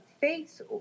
face